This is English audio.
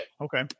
Okay